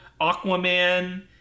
aquaman